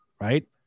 Right